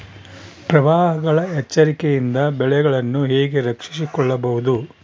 ಪ್ರವಾಹಗಳ ಎಚ್ಚರಿಕೆಯಿಂದ ಬೆಳೆಗಳನ್ನು ಹೇಗೆ ರಕ್ಷಿಸಿಕೊಳ್ಳಬಹುದು?